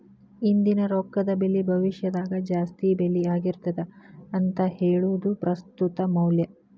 ಇಂದಿನ ರೊಕ್ಕದ ಬೆಲಿ ಭವಿಷ್ಯದಾಗ ಜಾಸ್ತಿ ಬೆಲಿ ಆಗಿರ್ತದ ಅಂತ ಹೇಳುದ ಪ್ರಸ್ತುತ ಮೌಲ್ಯ